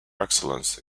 excellence